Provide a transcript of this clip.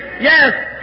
Yes